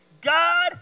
God